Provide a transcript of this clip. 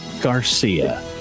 Garcia